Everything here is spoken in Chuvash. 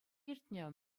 иртнӗ